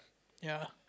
ya